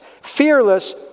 Fearless